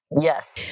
Yes